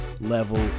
level